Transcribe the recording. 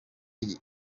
iki